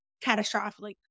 catastrophically